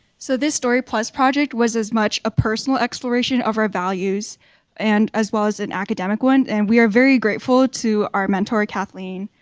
so this story project was as much a personal exploration of our values and as well as an academic one. and we are very grateful to our mentor, kathleen,